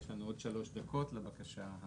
יש לנו עוד שלוש דקות לבקשה הבאה.